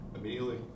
immediately